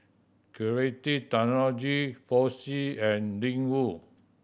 Creative Technology Fossil and Ling Wu